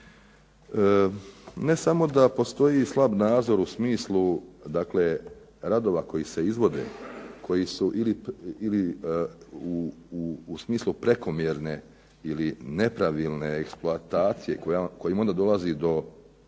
Ne samo da postoji slab nadzor u smislu radova koji se izvode ili u smislu prekomjerne ili nepravilne eksploatacije kojim dolazi do